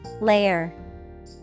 Layer